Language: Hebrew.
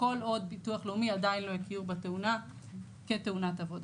כל עוד ביטוח לאומי עדיין לא הכיר בתאונה כתאונת עבודה.